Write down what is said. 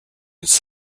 its